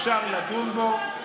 אפשר לדון בו,